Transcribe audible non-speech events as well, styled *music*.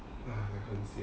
*noise* 很 sian